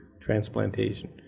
transplantation